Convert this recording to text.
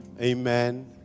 Amen